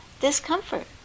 discomfort